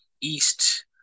east